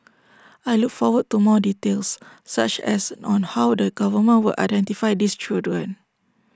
I look forward to more details such as on how the government will identify these children